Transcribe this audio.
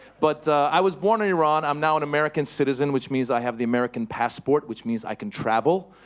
but i was born in iran i'm now an american citizen, which means i have the american passport, which means i can travel.